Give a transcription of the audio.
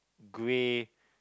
grey